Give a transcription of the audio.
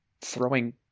throwing